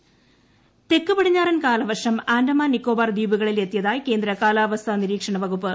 കാലാവസ്ഥ തെക്ക് പടിഞ്ഞാറൻ കാലവർഷം ആന്റമാന്റ്ര നിക്കോബാർ ദ്വീപുകളിൽ എത്തിയതായി കേന്ദ്ര കാലാപ്പ്സ്ഥാ നിരീക്ഷണ വകുപ്പ്